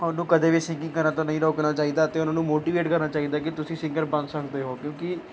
ਤਾਂ ਉਹਨੂੰ ਕਦੇ ਵੀ ਸਿੰਗਿੰਗ ਕਰਨ ਤੋਂ ਨਹੀਂ ਰੋਕਣਾ ਚਾਹੀਦਾ ਅਤੇ ਉਹਨਾਂ ਨੂੰ ਮੋਟੀਵੇਟ ਕਰਨਾ ਚਾਹੀਦਾ ਕਿ ਤੁਸੀਂ ਸਿੰਗਰ ਬਣ ਸਕਦੇ ਹੋ ਕਿਉਂਕਿ